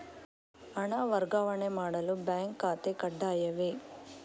ಹಣ ವರ್ಗಾವಣೆ ಮಾಡಲು ಬ್ಯಾಂಕ್ ಖಾತೆ ಕಡ್ಡಾಯವೇ?